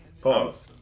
Pause